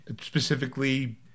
specifically